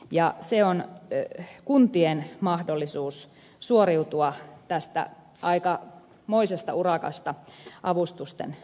se on kuntien mahdollisuus suoriutua tästä aikamoisesta urakasta avustusten myöntämisessä